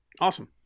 Awesome